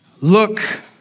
Look